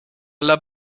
alla